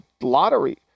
lottery